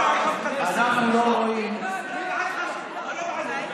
מי הכניס אותך עוד פעם?